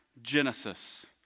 Genesis